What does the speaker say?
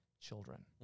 children